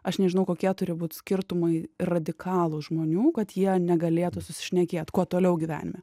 aš nežinau kokie turi būti skirtumai radikalūs žmonių kad jie negalėtų susišnekėt kuo toliau gyvenime